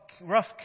rough